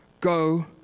go